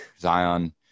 Zion